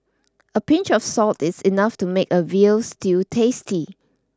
a pinch of salt is enough to make a veal stew tasty